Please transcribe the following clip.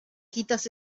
quitas